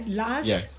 last